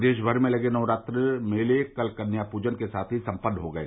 प्रदेश भर में लगे नवरात्र मेले कल कन्या पूजन के साथ ही सम्पन्न हो गये